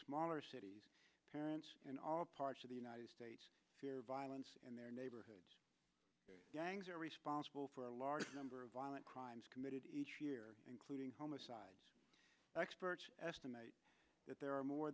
smaller cities parents in all parts of the united states fear violence in their neighborhoods gangs are responsible for a large number of violent crimes committed including homicide experts estimate that there are more